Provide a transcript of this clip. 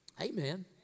Amen